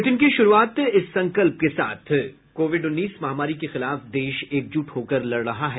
bulletin की शुरूआत इस संकल्प के साथ कोविड उन्नीस महामारी के खिलाफ देश एकजुट होकर लड़ रहा है